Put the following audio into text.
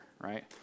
right